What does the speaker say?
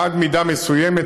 עד מידה מסוימת,